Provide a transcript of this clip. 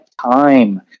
time